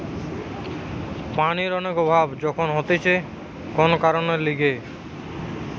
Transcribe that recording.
পানির অনেক অভাব যখন হতিছে কোন কারণের লিগে